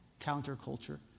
counterculture